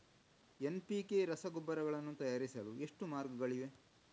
NPK ರಸಗೊಬ್ಬರಗಳನ್ನು ತಯಾರಿಸಲು ಎಷ್ಟು ಮಾರ್ಗಗಳಿವೆ?